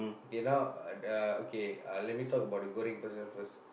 okay now uh okay uh let me talk about the goreng person first